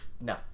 No